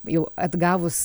jau atgavus